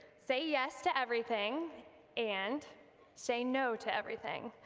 say yes to everything and say no to everything.